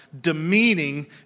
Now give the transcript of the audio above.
demeaning